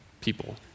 people